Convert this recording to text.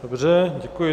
Dobře, děkuji.